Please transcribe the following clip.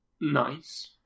Nice